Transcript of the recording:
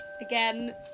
Again